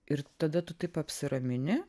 ir tada tu taip apsiramini